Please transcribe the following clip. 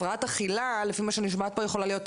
הפרעת אכילה לפי מה שאני שומעת פה יכולה להיות,